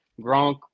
Gronk